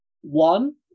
One